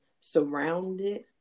surrounded